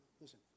Listen